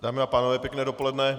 Dámy a pánové, pěkné dopoledne.